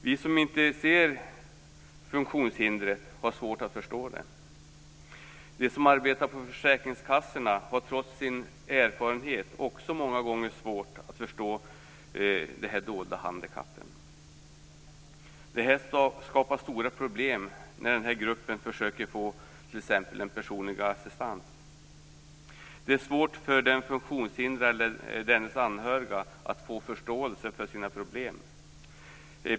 Vi som inte ser funktionshindret har svårt att förstå det. De som arbetar på försäkringskassorna har, trots sin erfarenhet, också många gånger svårt att förstå de här dolda handikappen. Detta skapar stora problem när man inom den här gruppen försöker få t.ex. personlig assistans. Det är svårt för den funktionshindrade och dennes anhöriga att få förståelse för sina problem.